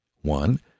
One